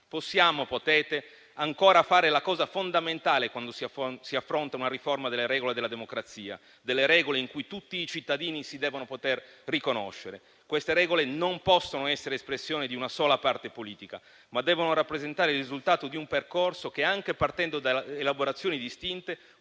Possiamo o potete ancora fare la cosa fondamentale quando si affronta una riforma delle regole della democrazia, delle regole in cui tutti i cittadini si devono poter riconoscere. Queste regole non possono essere espressione di una sola parte politica, ma devono rappresentare il risultato di un percorso che, anche partendo da elaborazioni distinte,